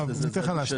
אני אתן לך להשלים.